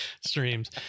streams